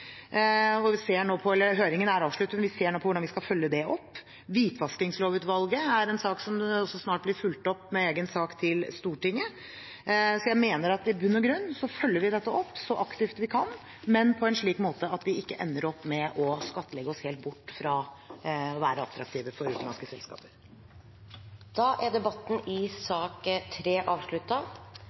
hvordan vi skal følge det opp. Hvitvaskingslovutvalget er en sak som snart blir fulgt opp med egen sak til Stortinget. Så jeg mener at vi i bunn og grunn følger vi dette opp så aktivt vi kan, men på en slik måte at vi ikke ender opp med å skattlegge oss helt bort fra å være attraktive for utenlandske selskaper. Interpellasjonsdebatten er dermed avsluttet. Utvikling av ny finansteknologi driver fram innovasjon i